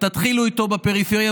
ותתחילו איתו בפריפריה.